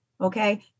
okay